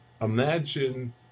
Imagine